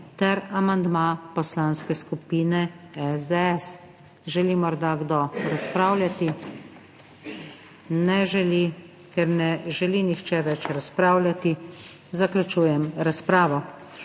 ter amandma Poslanske skupine SDS. Želi morda kdo razpravljati? Ne želi. Ker ne želi nihče več razpravljati, zaključujem razpravo.